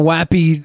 Wappy